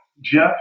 Jeff